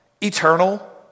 Eternal